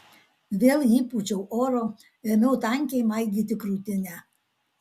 vėl įpūčiau oro ėmiau tankiai maigyti krūtinę